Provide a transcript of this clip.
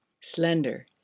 Slender